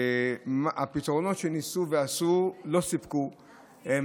הפתרונות שניסו, מה שעשו, לא